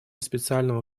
специального